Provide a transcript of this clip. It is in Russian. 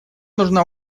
нужна